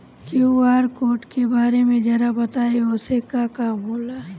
QR code के बारे में जरा बताई वो से का काम होला?